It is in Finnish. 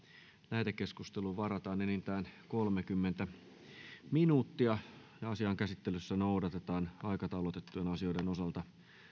lähetekeskusteluun varataan enintään kolmekymmentä minuuttia asian käsittelyssä noudatetaan aikataulutettujen asioiden osalta